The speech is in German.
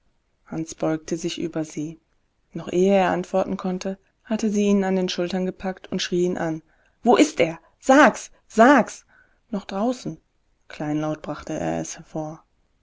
hans beugte sich über sie noch ehe er antworten konnte hatte sie ihn an den schultern gepackt und schrie ihn an wo ist er sag's sag's noch draußen kleinlaut brachte er es hervor